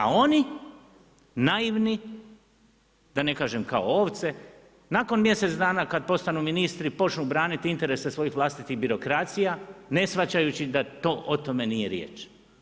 A oni, navini, da ne kažem kao ovce, nakon mjesec dana kad postanu ministri počnu braniti interese svojih vlastitih birokracija, ne shvaćajući da to o tome nije riječ.